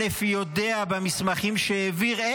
א' יודע איזה מידע במסמכים שהעביר לא